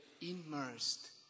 immersed